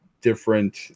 different